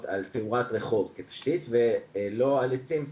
על תאורת רחוב כתשתית ולא על עצים,